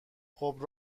خوب